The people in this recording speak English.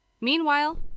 Meanwhile